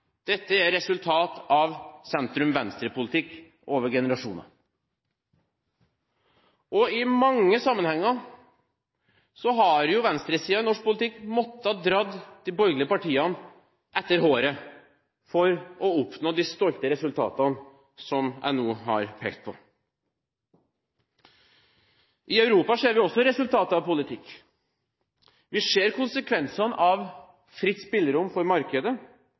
Dette er resultat av sentrum-venstrepolitikk over generasjoner. I mange sammenhenger har venstresiden i norsk politikk måttet dra de borgerlige partiene etter håret for å oppnå de resultatene som jeg nå har pekt på, og som vi er stolte av. I Europa ellers ser vi også resultater av politikk. Vi ser konsekvensene av fritt spillerom for markedet,